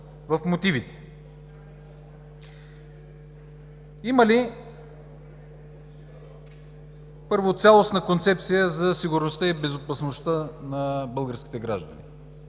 има ли цялостна концепция за сигурността и безопасността на българските граждани?